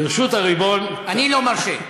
ברשות הריבון, אני לא מרשה.